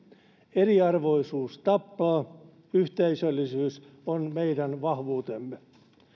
eriarvoisuus tappaa yhteisöllisyys on meidän vahvuutemme